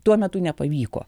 tuo metu nepavyko